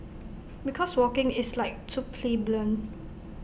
because walking is like too plebeian